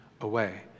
away